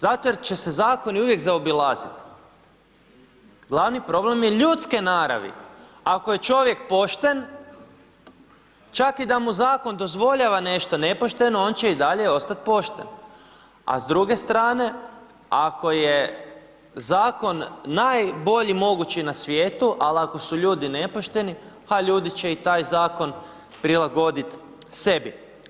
Zato jer će se zakoni uvijek zaobilaziti, glavni problem je ljudske naravi, ako je čovjek pošten čak i da mu zakon dozvoljava nešto nepošteno on će i dalje ostat pošten, a s druge strane ako je zakon najbolji mogući na svijetu, al ako su ljudi nepošteni, a ljudi će i taj zakon prilagodit sebi.